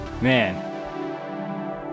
man